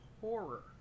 Horror